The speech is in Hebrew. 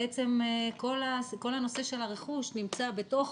בעצם כל הנושא של הרכוש נמצא בתוך